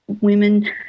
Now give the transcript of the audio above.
women